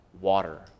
water